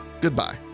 Goodbye